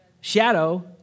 Shadow